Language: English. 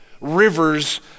Rivers